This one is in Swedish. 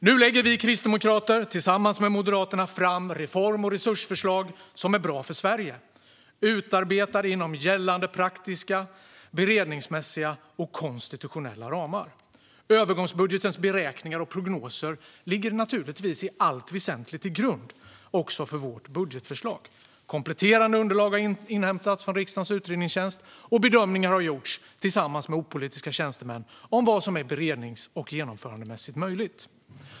Nu lägger vi kristdemokrater tillsammans med Moderaterna fram reform och resursförslag som är bra för Sverige. Dessa är utarbetade inom gällande praktiska, beredningsmässiga och konstitutionella ramar. Övergångsbudgetens beräkningar och prognoser ligger naturligtvis i allt väsentligt till grund för vårt budgetförslag. Kompletterande underlag har inhämtats från riksdagens utredningstjänst, och bedömningar har gjorts tillsammans med opolitiska tjänstemän av vad som är berednings och genomförandemässigt möjligt.